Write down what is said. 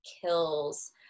kills